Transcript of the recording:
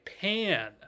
pan